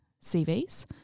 CVs